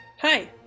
Hi